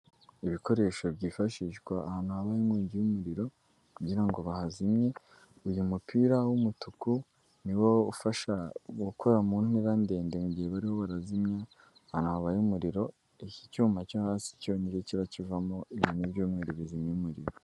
Ibikoresho byifashishwa ahantu habaye inkongi y'umuriro kugira ngo bahazimye, uyu mupira w'umutuku ni wo ufasha gukora mu ntera ndende mu gihe barimo barazimya ahantu habaye umuriro, iki cyuma cyo hasi cyo ni cyo kiba kivamo ibintu by'umweru bizimya umuriro.